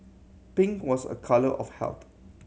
pink was a colour of health